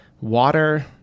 water